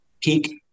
peak